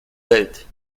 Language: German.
welt